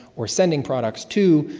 or sending products to,